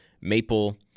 Maple